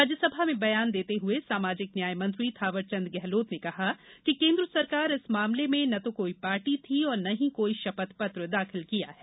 राज्यसभा में बयान देते हुए सामाजिक न्याय मंत्री थावर चंद गहलोत ने कहा कि केन्द्र सरकार इस मामले में न तो कोई पार्टी थी और न ही कोई शपथ पत्र दाखिल किया है